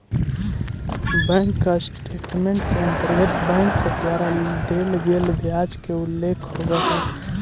bank statement के अंतर्गत bank के द्वारा देल गेल ब्याज के उल्लेख होवऽ हइ